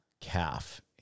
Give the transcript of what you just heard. calf